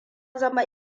zama